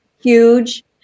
huge